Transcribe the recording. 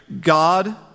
God